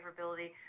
favorability